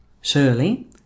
Surely